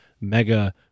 mega